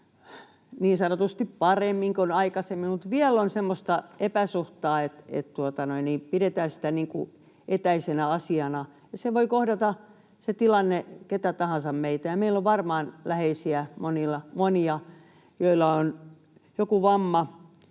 niin sanotusti paremmin kuin aikaisemmin, mutta vielä on semmoista epäsuhtaa, että pidetään sitä etäisenä asiana. Se tilanne voi kohdata kenet tahansa meistä, ja meillä on varmaan monilla läheisiä, joilla on joku vamma.